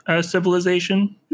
Civilization